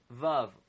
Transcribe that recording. Vav